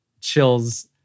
chills